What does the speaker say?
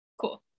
Cool